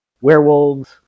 werewolves